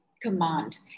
command